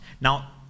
Now